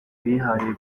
bihaye